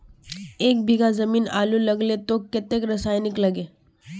एक बीघा जमीन आलू लगाले तो कतेक रासायनिक लगे?